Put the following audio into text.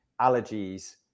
allergies